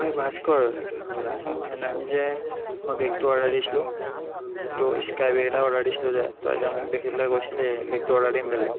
অই ভাস্কৰ শুনচোন সেইদিনাখনি যে মই বেগটো অৰ্ডাৰ দিছিলোঁ সেইটো স্কাই বেগ এটা অৰ্ডাৰ দিছিলোঁ যে তই যে মোক দেখি পেলাই কৈছিলি বেগটো অৰ্ডাৰ দিম বুলি